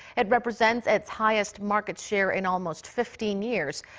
it represents its highest market share in almost fifteen years.